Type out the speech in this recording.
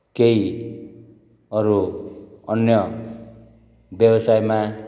केही अरू अन्य व्यवसायमा